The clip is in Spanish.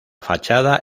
fachada